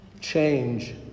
Change